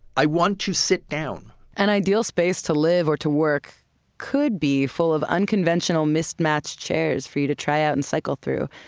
i want to sit down an ideal space to live or to work could be full of unconventional, mismatched chairs for you to try out and cycle through,